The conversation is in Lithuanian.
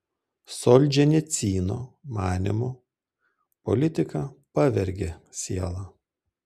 solženicyno manymu politika pavergia sielą